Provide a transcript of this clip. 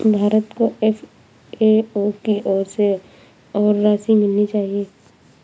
भारत को एफ.ए.ओ की ओर से और राशि मिलनी चाहिए